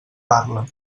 parla